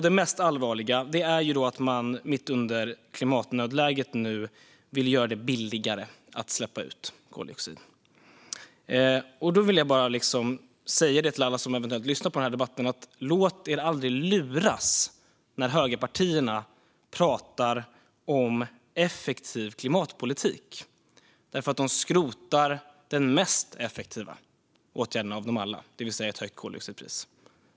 Det mest allvarliga är att man nu mitt under klimatnödläget vill göra det billigare att släppa ut koldioxid. Jag vill bara säga till alla som eventuellt lyssnar på debatten: Låt er aldrig luras när högerpartierna pratar om effektiv klimatpolitik! De skrotar den mest effektiva åtgärden av dem alla, det vill säga ett högt koldioxidpris.